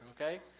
okay